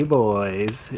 boys